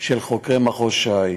של חוקרי מחוז ש"י,